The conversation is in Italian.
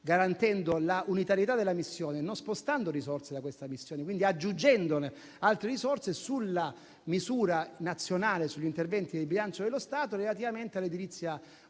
garantendo l'unitarietà della missione, non spostando risorse da questa missione, quindi aggiungendone altre sugli interventi del bilancio dello Stato relativamente all'edilizia